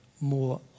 more